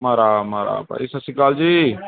ਮਾਰ੍ਹਾ ਮਾਰ੍ਹਾ ਭਾਈ ਸਤਿ ਸ਼੍ਰੀ ਅਕਾਲ ਜੀ